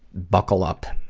buckle up.